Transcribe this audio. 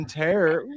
terror